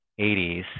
80s